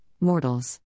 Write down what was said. mortals